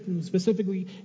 specifically